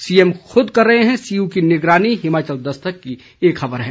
CM खुद कर रहे सीयू की निगरानी हिमाचल दस्तक की एक खबर है